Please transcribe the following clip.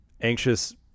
anxious